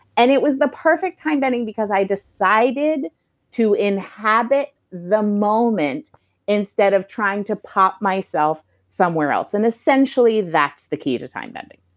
and it was the perfect time bending, because i decided to inhabit the moment instead of trying to pop myself somewhere else and essentially, that's the key to time bending